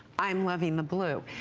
i am loving the blue.